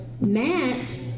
Matt